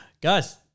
Guys